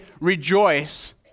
rejoice